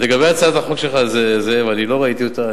לגבי הצעת החוק שלך, זאב, אני לא ראיתי אותה.